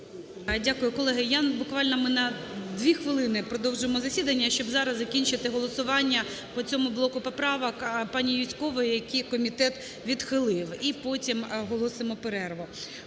Дякую. Колеги, я буквально… ми на 2 хвилини продовжимо засідання, щоб зараз закінчити голосування по цьому блоку поправок пані Юзькової, які комітет відхилив. І потім оголосимо перерву.